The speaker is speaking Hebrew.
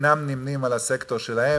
שאינם נמנים עם הסקטור שלהן.